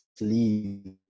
leave